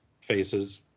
faces